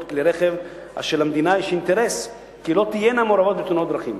כלי רכב אשר למדינה יש אינטרס כי לא תהיינה מעורבות בתאונות דרכים.